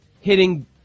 hitting